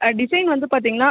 ஆ design வந்து பார்த்தீங்கன்னா